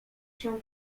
się